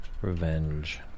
revenge